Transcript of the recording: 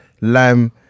lamb